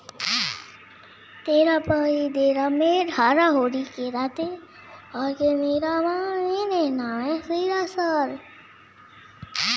गरेड़िया के पेशे को कई धर्मों में बहुत सम्मान मिला है